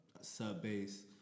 Sub-bass